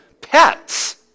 pets